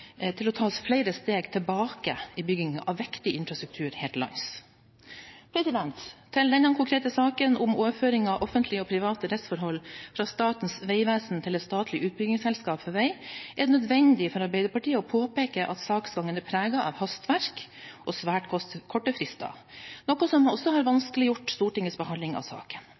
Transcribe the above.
til å ta oss flere steg tilbake i byggingen av viktig infrastruktur her til lands. Til denne konkrete saken om overføring av offentlige og private rettsforhold fra Statens vegvesen til et statlig utbyggingsselskap for vei er det nødvendig for Arbeiderpartiet å påpeke at saksgangen er preget av hastverk og svært korte frister, noe som har vanskeliggjort Stortingets behandling av saken. Tilsvarende kritikk ble også